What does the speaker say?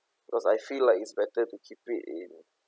because I feel like it's better to keep it in